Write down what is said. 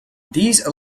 these